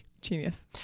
Genius